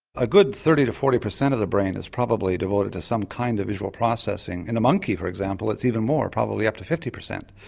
a good thirty percent to forty percent of the brain is probably devoted to some kind of visual processing. in a monkey for example it's even more, probably up to fifty percent,